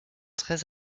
très